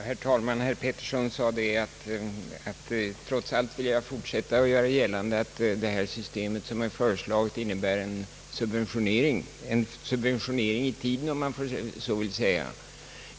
Herr talman! Herr Petersson sade att jag trots allt fortsätter att göra gällande att det föreslagna systemet innebär en subventionering; en subventionering i tiden, om man så får säga.